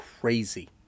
crazy